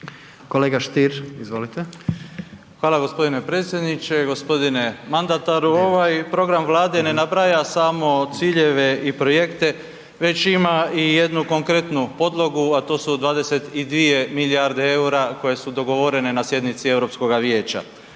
Davor Ivo (HDZ)** Hvala gospodine predsjedniče. Gospodine mandataru. Ovaj program Vlade ne nabraja samo ciljeve i projekte već ima i jednu konkretnu podlogu, a to su 22 milijarde eura koje su dogovorene na sjednici Europskoga vijeća,